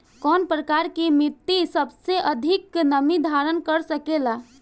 कौन प्रकार की मिट्टी सबसे अधिक नमी धारण कर सकेला?